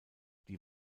die